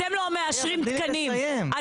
אתם לא מאשרים תקנים,